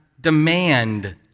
demand